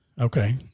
Okay